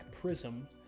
prism